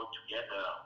together